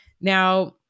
Now